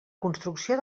construcció